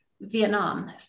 vietnam